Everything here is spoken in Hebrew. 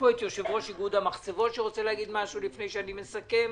נמצא כאן יושב-ראש איגוד המחצבות שרוצה להגיד משהו לפני שאני מסכם,